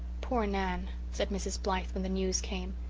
poor nan, said mrs. blythe, when the news came.